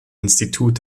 institut